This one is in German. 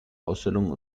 ausstellungen